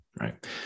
right